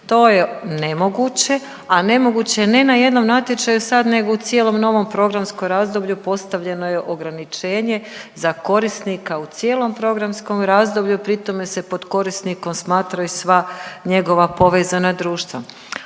to je nemoguće, a nemoguće je ne na jednom natječaju sad nego u cijelom novom programskom razdoblju postavljeno je ograničenje za korisnika u cijelom programskom razdoblju, pri tome se pod korisnikom smatraju sva njegova povezana društva.